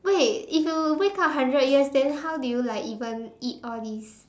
wait if you wake up hundred years then how do you like even eat all these